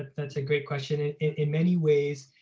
that's a great question. and in in many ways,